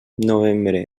novembre